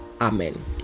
Amen